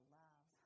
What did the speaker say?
love